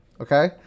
Okay